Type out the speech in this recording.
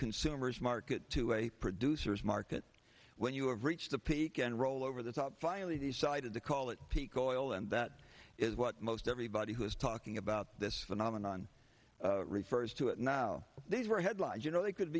silver's market to a producer's market when you have reached the peak and roll over the top finally decided to call it peak oil and that is what most everybody who is talking about this phenomenon refers to it now these were headlines you know they could